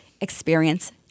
experience